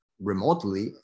remotely